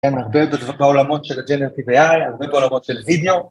כן הרבה יותר בעולמות של הג'נרטיב אי.איי, הרבה בעולמות של וידאו